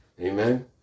Amen